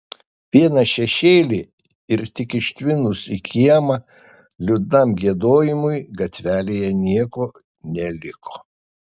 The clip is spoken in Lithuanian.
vieną šešėlį ir tik ištvinus į kiemą liūdnam giedojimui gatvelėje nieko neliko